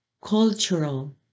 cultural